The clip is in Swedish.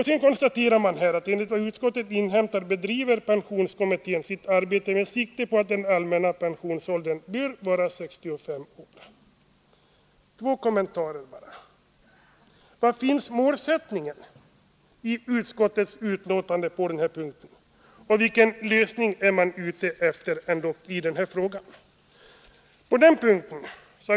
Sedan konstaterar man: ”Enligt vad utskottet inhämtat bedriver pensionsålderskommittén sitt arbete med sikte på att den allmänna pensionsåldern bör vara 65 år.” Två kommentarer bara: Var finns målsättningen i utskottets betänkande på den här punkten och vilken lösning är man ute efter i den här frågan?